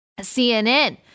CNN